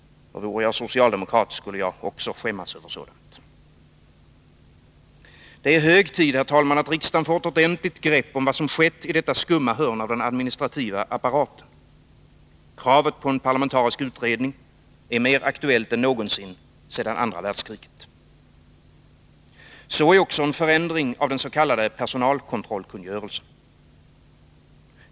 Vore jag socialdemokrat skulle jag också skämmas över sådant. Det är hög tid, herr talman, att riksdagen får ett ordentligt grepp om vad som skett i detta skumma hörn av den administrativa apparaten. Kravet på en parlamentarisk utredning är mer aktuellt än någonsin sedan andra världskriget. Så är också fallet när det gäller en förändring av den s.k. personalkontrollkungörelsen.